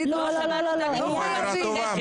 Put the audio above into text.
בלי דורסנות.